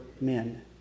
men